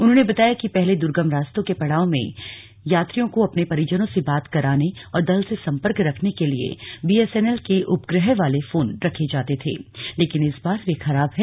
उन्होंने बताया कि पहले दुर्गम रास्तों के पड़ाव में यात्रियों को अपने परिजनों से बात कराने और दल से सम्पर्क रखने के लिए बीएसएनएल के उपग्रह वाले फोन रखे जाते थे लेकिन इस बार वे खराब हैं